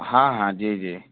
ہاں ہاں جی جی